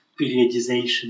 periodization